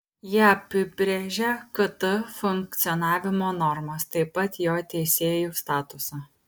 jie apibrėžia kt funkcionavimo normas taip pat jo teisėjų statusą